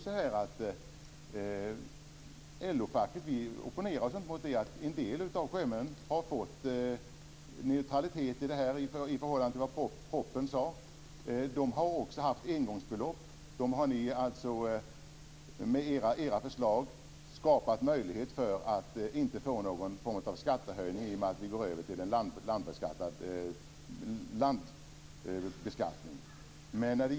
LO-facket opponerar sig inte emot att en del sjömän har fått neutralitet i förhållande till det som framföres i propositionen. Dessa sjömän har också fått ett engångsbelopp. Ni har med era förslag tagit bort möjligheten att genomföra några skattehöjningar, om man går över till landbeskattning.